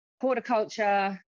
horticulture